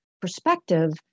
perspective